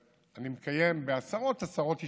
זאת אומרת, אני מקיים בעשרות עשרות יישובים,